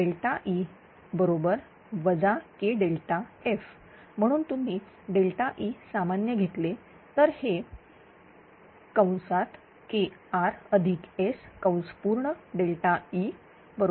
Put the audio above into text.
म्हणून तुम्ही E सामान्य घेतले तर हे KRSΔE−KΔF